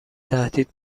تهدید